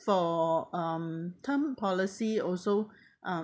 for um term policy also uh